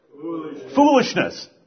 foolishness